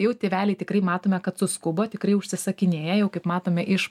jau tėveliai tikrai matome kad suskubo tikrai užsisakinėja jau kaip matome iš